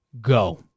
go